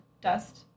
dust